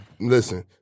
listen